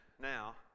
now